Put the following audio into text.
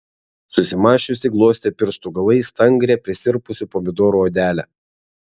susimąsčiusi glostė pirštų galais stangrią prisirpusių pomidorų odelę